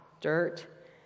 dirt